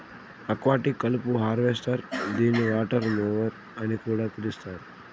aquatic కలుపు harvester దీనిని water mower అని కూడా పిలుస్తారు